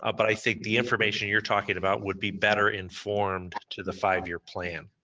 ah but i think the information you're talking about would be better informed to the five year plan.